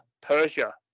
Persia